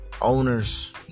owners